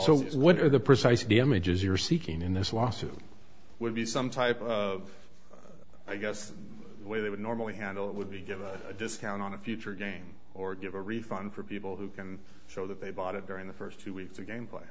so what are the precise damages you're seeking in this lawsuit would be some type of i guess the way they would normally handle it would be give a discount on a future game or give a refund for people who can show that they bought it during the first two weeks or gameplay